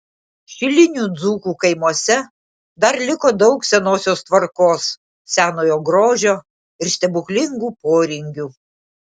šilinių dzūkų kaimuose dar liko daug senosios tvarkos senojo grožio ir stebuklingų poringių